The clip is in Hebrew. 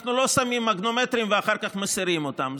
אנחנו לא שמים מגנומטרים ואחר כך מסירים אותם,